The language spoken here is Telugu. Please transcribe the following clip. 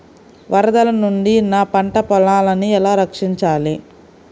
వరదల నుండి నా పంట పొలాలని ఎలా రక్షించాలి?